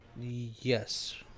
Yes